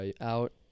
out